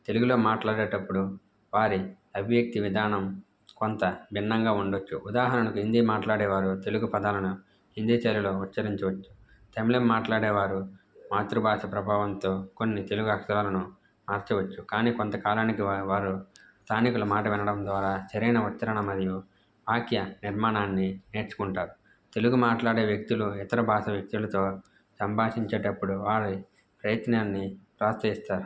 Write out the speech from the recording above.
తెలుగులో మాట్లాడేటప్పుడు వారి అవ్యక్తి విధానం కొంత భిన్నంగా ఉండవచ్చు ఉదాహరణకు హిందీ మాట్లాడేవారు తెలుగు పదాలను హిందీ చర్యలో ఉచ్చరించవచ్చు తమిళం మాట్లాడేవారు మాతృభాష ప్రభావంతో కొన్ని తెలుగు అక్షరాలను మార్చవచ్చు కానీ కొంత కాలానికి వారు స్థానికులు మాట వినడం ద్వారా చరైన ఉచ్చారణ మరియు వాక్య నిర్మాణాన్ని నేర్చుకుంటారు తెలుగు మాట్లాడే వ్యక్తులు ఇతర భాష వ్యక్తులతో సంభాషించేటప్పుడు వారి ప్రయత్నాన్ని ప్రోత్సహిస్తారు